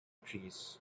trees